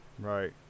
Right